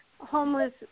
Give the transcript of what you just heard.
homeless